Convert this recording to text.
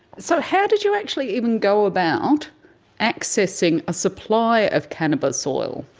so how did you actually even go about accessing a supply of cannabis oil?